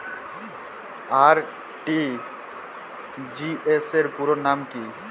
RTGS র পুরো নাম কি?